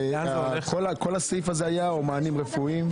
כל הסעיף הזה היה או מענים רפואיים?